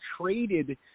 traded